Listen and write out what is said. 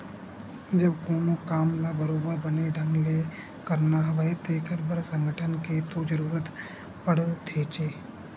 जब कोनो काम ल बरोबर बने ढंग ले करना हवय तेखर बर संगठन के तो जरुरत पड़थेचे